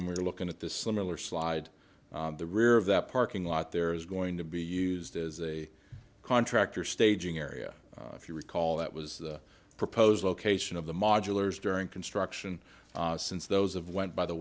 when we were looking at this similar slide the rear of that parking lot there is going to be used as a contractor staging area if you recall that was the proposed location of the modulars during construction since those of went by the